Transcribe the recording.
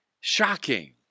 Shocking